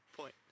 point